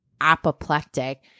apoplectic